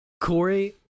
Corey